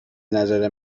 نظر